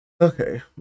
Okay